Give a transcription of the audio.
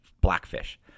Blackfish